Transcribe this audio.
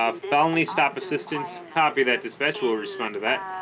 ah only stop assistance copy that dispatch will respond to that